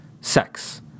sex